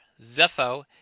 Zepho